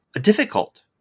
difficult